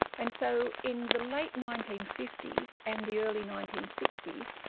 and so in the late nineteen fifty s and the early nineteen sixty s,